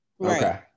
Okay